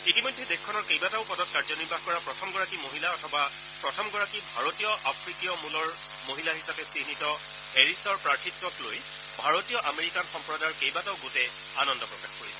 ইতিমধ্যে দেশখনৰ কেইবাটাও পদত কাৰ্যনিৰ্বাহ কৰা প্ৰথমগৰাকী মহিলা অথবা প্ৰথমগৰাকী ভাৰতীয় আফ্ৰিকীয় মূলৰ মহিলা হিচাপে চিহ্নিত হেৰিছৰ প্ৰাৰ্থিত্বকলৈ ভাৰতীয় আমেৰিকান সম্প্ৰদায়ৰ কেইবাটাও গোটে আনন্দ প্ৰকাশ কৰিছে